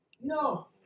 No